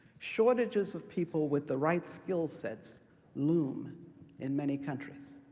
shortages of people with the right skill sets loom in many countries.